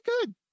good